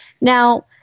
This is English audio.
Now